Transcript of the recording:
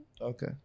okay